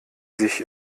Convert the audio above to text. sich